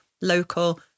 local